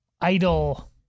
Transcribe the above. idle